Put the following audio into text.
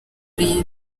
ari